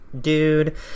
Dude